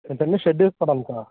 ఏంటండి షెడ వేసుకోడానికా